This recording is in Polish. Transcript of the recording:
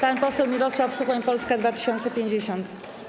Pan poseł Mirosław Suchoń, Polska 2050.